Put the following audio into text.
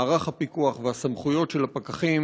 מערך הפיקוח והסמכויות של הפקחים,